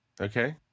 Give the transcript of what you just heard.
okay